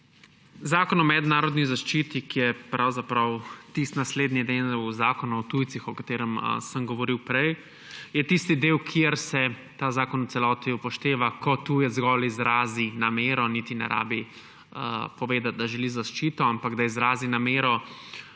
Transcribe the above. Zakon o mednarodni zaščiti, ki je pravzaprav tisti naslednji del Zakona o tujcih, o katerem sem govoril prej, je tisti del, kjer se ta zakon v celoti upošteva ko tujec zgolj izrazi namero, niti ne rabi povedati, da želi zaščito, ampak da izrazi namero